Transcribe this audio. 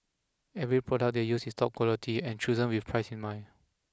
every product they use is top quality and chosen with price in mind